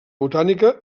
botànica